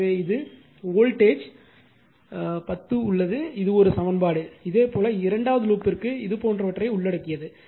எனவே இது வோல்டேஜ் 10 உள்ளது இது ஒரு சமன்பாடு இதேபோல் இரண்டாவது லூப்ற்கு இது போன்றவற்றை உள்ளடக்கியது